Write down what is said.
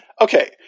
Okay